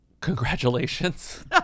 congratulations